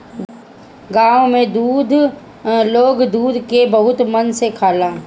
गाँव में लोग दूध के बहुते मन से खाला